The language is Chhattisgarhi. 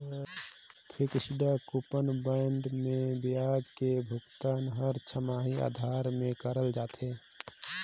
फिक्सड कूपन बांड मे बियाज के भुगतान हर छमाही आधार में करल जाथे